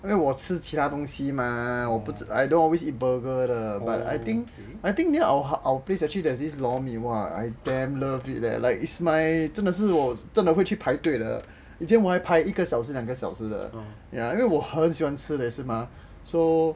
因为我吃其他东西 mah I don't always eat burger 的 but I think I think near our our place actually got this lor mee !wah! I damn love it eh like it's my 真的是我真的会去排队的以前我还排一个小时两个小时的 ya 因为我很喜欢吃的也是 mah so